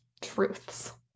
truths